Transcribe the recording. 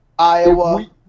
Iowa